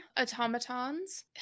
automatons